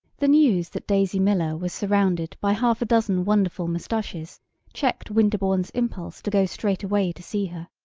the news that daisy miller was surrounded by half a dozen wonderful mustaches checked winterbourne's impulse to go straightway to see her.